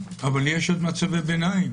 אבל יש מצבי ביניים